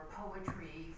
poetry